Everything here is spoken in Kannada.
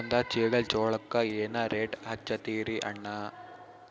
ಒಂದ ಚೀಲಾ ಜೋಳಕ್ಕ ಏನ ರೇಟ್ ಹಚ್ಚತೀರಿ ಅಣ್ಣಾ?